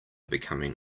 becoming